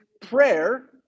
prayer